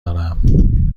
دارم